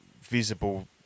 visible